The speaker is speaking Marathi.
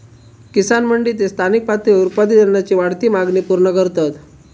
किसान मंडी ते स्थानिक पातळीवर उत्पादित अन्नाची वाढती मागणी पूर्ण करतत